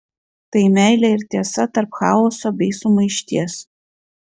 tai meilė ir tiesa tarp chaoso bei sumaišties